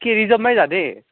कि रिजर्भमै जाने